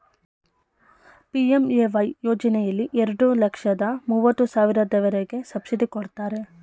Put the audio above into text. PMAY ಯೋಜನೆಯಲ್ಲಿ ಎರಡು ಲಕ್ಷದ ಮೂವತ್ತು ಸಾವಿರದವರೆಗೆ ಸಬ್ಸಿಡಿ ಕೊಡ್ತಾರೆ